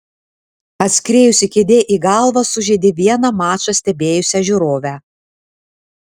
atskriejusi kėdė į galvą sužeidė vieną mačą stebėjusią žiūrovę